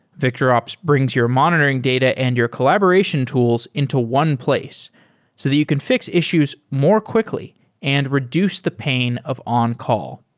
victorops brings your monitoring data and your collaboration tools into one place so that you can fix issues more quickly and reduce the pain of on-call.